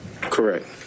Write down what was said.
Correct